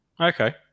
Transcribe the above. Okay